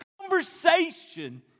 conversation